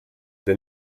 der